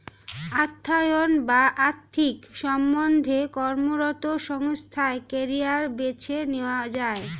অর্থায়ন বা আর্থিক সম্বন্ধে কর্মরত সংস্থায় কেরিয়ার বেছে নেওয়া যায়